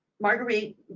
Marguerite